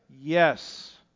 Yes